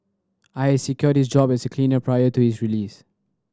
I had secured his job as a cleaner prior to his release